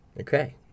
Okay